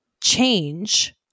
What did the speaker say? change